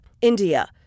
India